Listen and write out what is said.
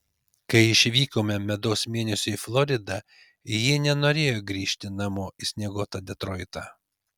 kai išvykome medaus mėnesiui į floridą ji nenorėjo grįžti namo į snieguotą detroitą